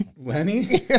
Lenny